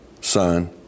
Son